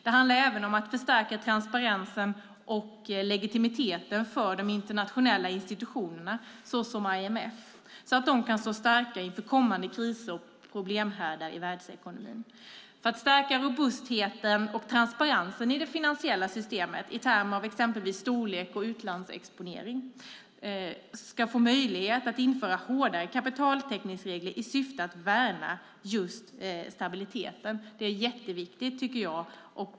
Det handlar även om att förstärka transparensen och legitimiteten för de internationella institutionerna, såsom IMF, så att de kan stå starka inför kommande kriser och problemhärdar i världsekonomin. För att stärka robustheten och transparensen i det finansiella systemet, i termer av exempelvis storlek och utlandsexponering, ska man få möjlighet att införa hårdare kapitaltäckningsregler i syfte att värna just stabiliteten. Det är jätteviktigt, tycker jag.